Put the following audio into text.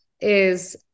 is-